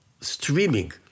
streaming